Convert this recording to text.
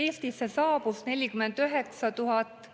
Eestisse saabus 49 414